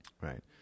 right